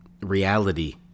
reality